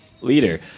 leader